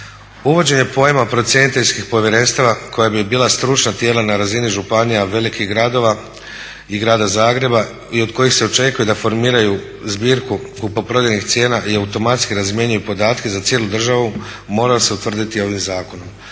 Uvođenje pojma procjeniteljskih povjerenstava koja bi bila stručna tijela na razini županija velikih gradova i grada Zagreba i od kojih se očekuje da formiraju zbirku kupoprodajnih cijena i automatski razmjenjuju podatke za cijelu državu moraju se utvrditi ovim zakonom.